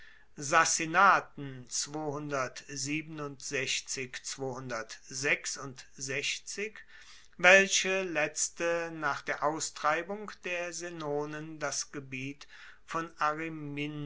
saaten welche letzte nach der austreibung der senonen das gebiet von